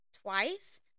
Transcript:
twice